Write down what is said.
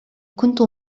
كنت